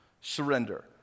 surrender